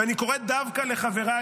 ואני קורא דווקא לחבריי,